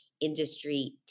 Industry